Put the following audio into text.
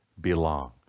belong